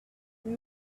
they